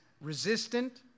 resistant